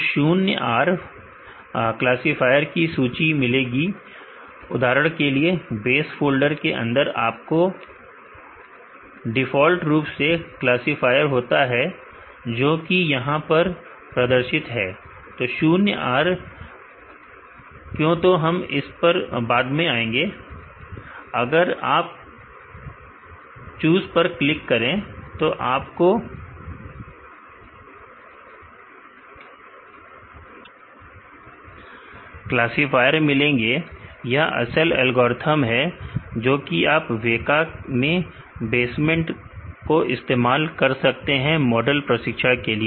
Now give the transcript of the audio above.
तो शून्य R फायर की सूची मिलेगी उदाहरण के लिए बेस फोल्डर के अंदर आपको औडिफ़ॉल्ट रूप से क्लासीफायर होता है जो कि यहां पर प्रदर्शित है तो शून्य R क्यों तो हम इस पर बाद में आएंगे अगर आप शूज पर क्लिक करें तो आपको क्लासीbased र भी ज्यादा क्लासीफायर मिलेंगे यह असल एल्गोरिथ्म है जो कि आप वेका में बेसमेंट को इस्तेमाल कर सकते हैं मॉडल के प्रशिक्षण के लिए